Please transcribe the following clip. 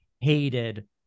hated